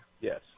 Yes